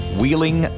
wheeling